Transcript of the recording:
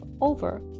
over